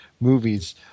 movies